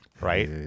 right